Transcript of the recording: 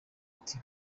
ati